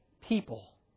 people